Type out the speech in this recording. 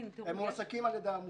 הם מועסקים על ידי העמותה.